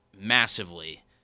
massively